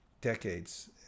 decades